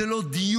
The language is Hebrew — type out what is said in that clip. זה לא דיון,